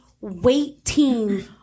waiting